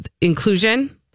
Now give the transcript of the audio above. inclusion